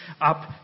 up